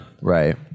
Right